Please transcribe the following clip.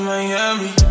Miami